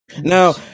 Now